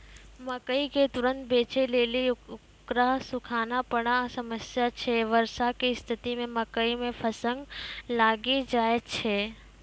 मकई के तुरन्त बेचे लेली उकरा सुखाना बड़ा समस्या छैय वर्षा के स्तिथि मे मकई मे फंगस लागि जाय छैय?